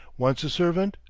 once a servant,